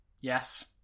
Yes